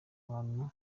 abantu